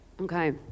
Okay